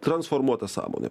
transporto transformuota sąmone